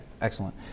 excellent